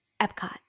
epcot